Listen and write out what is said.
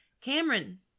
Cameron